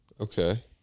Okay